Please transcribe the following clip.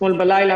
אתמול בלילה,